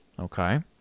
Okay